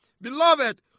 Beloved